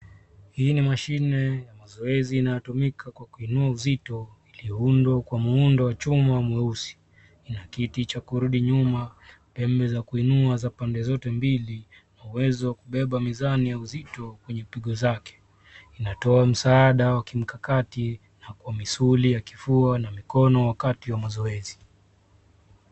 Hii ni mashine ya mazoezi inayotumika kwa kuinua uzito iliyoundwa kwa muundo wa chuma mweusi. Ina kiti cha kurudi nyuma, pembe za kuinua za pande zote mbili na uwezo wakubeba mizani ya uzito kwenye pigo zake. Inatoa msaada wa kimkakati na kwa misuli ya kifua na mikono wakati wa mazoezi.